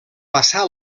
passà